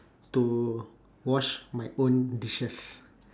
to wash my own dishes